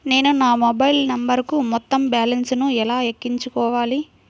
నేను నా మొబైల్ నంబరుకు మొత్తం బాలన్స్ ను ఎలా ఎక్కించుకోవాలి?